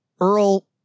Earl